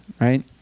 right